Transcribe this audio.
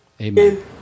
Amen